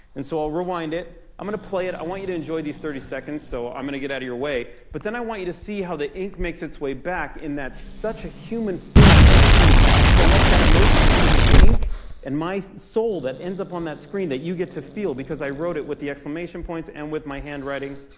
and so i'll rewind it. i'm gonna play it. i want you to enjoy these thirty seconds, so i'm gonna get out of your way. but then i want you to see how the ink makes it way back, and that's such a human form where you can collect that emotion because it's the ink and my soul that ends up on that screen that you get to feel because i wrote it with the exclamation points and with my handwriting.